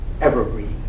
evergreen